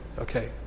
Okay